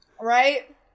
Right